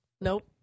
nope